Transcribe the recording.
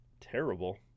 terrible